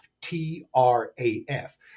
T-R-A-F